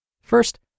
First